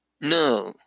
No